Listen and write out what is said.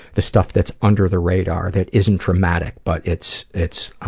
the stuff that's under the radar, that isn't traumatic, but it's, it's, um,